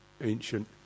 ancient